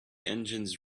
engines